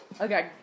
Okay